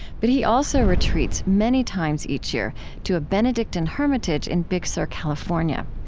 but he also retreats many times each year to a benedictine hermitage in big sur, california.